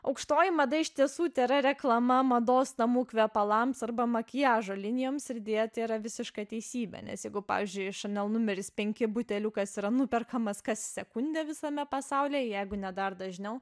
aukštoji mada iš tiesų tėra reklama mados namų kvepalams arba makiažo linijoms ir deja tai yra visiška teisybė nes jeigu pavyzdžiui šanel numeris penki buteliukas tai yra nuperkamas kas sekundę visame pasaulyje jeigu ne dar dažniau